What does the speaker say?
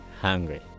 hungry